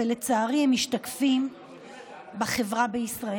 ולצערי הם משתקפים בחברה בישראל.